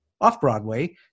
Off-Broadway